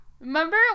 Remember